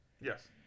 Yes